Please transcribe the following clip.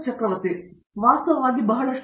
R Chakravarthi ವಾಸ್ತವವಾಗಿ ಬಹಳಷ್ಟು